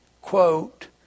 quote